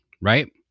right